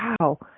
wow